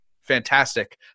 fantastic